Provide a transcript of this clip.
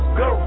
go